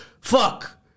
fuck